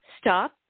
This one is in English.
stop